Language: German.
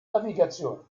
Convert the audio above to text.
navigation